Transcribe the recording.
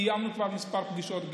קיימנו כבר כמה פגישות,